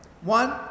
One